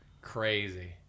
Crazy